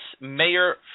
Mayor